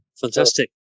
Fantastic